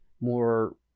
more